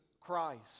Christ